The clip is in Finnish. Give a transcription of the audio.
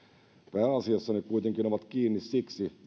pääasiassa ne kuitenkin ovat kiinni siksi